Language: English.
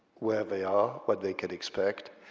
where they are, what they can expect,